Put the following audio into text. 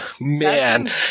man